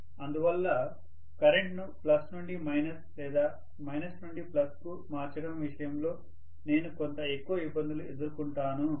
అందువల్ల కరెంట్ను ప్లస్ నుండి మైనస్ లేదా మైనస్ నుండి ప్లస్ కు మార్చడం విషయంలో నేను కొంత ఎక్కువ ఇబ్బందులు ఎదుర్కొంటాను